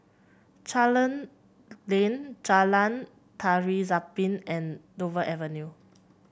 Charlton Lane Jalan Tari Zapin and Dover Avenue